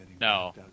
No